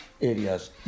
areas